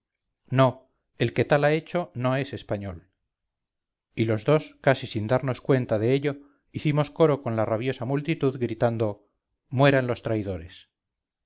no el que tal ha hecho no es español y los dos casi sin darnos cuenta de ello hicimos coro con la rabiosa multitud gritando mueran los traidores